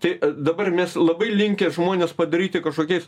tai dabar mes labai linkę žmones padaryti kažkokiais